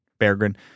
Berggren